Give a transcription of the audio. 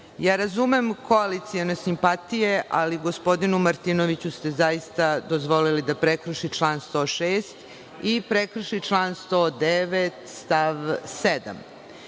Razumem koalicione simpatije, ali gospodinu Martinoviću ste zaista dozvolili da prekrši član 106. i prekrši član 109. stav 7.